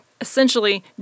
essentially